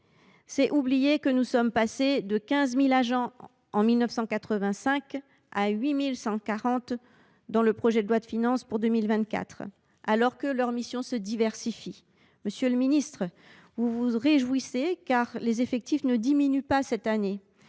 C’est oublier que nous sommes passés de 15 000 agents en 1985 à 8 140 dans le PLF pour 2024, alors que leurs missions se diversifient. Monsieur le ministre, vous vous réjouissez que les effectifs ne diminuent pas cette année,